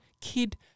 kid